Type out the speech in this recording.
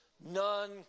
none